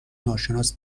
ناشناس